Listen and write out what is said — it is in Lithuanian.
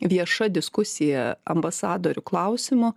vieša diskusija ambasadorių klausimu